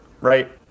right